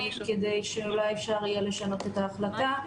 כדי שאולי אפשר יהיה לשנות את ההחלטה.